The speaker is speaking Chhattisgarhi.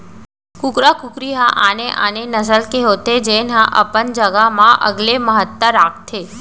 कुकरा कुकरी ह आने आने नसल के होथे जेन ह अपन जघा म अलगे महत्ता राखथे